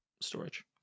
storage